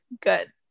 good